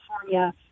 California